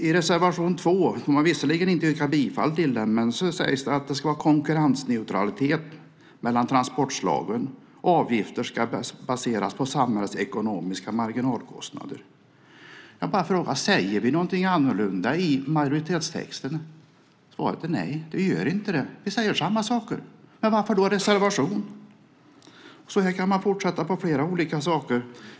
I reservation 2, som man visserligen inte yrkar bifall till, sägs det att det ska vara konkurrensneutralitet mellan transportslagen och att avgifter ska baseras på samhällsekonomiska marginalkostnader. Men säger vi något annat i majoritetstexten? Svaret är nej. Det gör vi inte. Vi säger samma saker. Varför då denna reservation? Så där kan man fortsätta med flera olika saker.